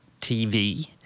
TV